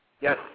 Yes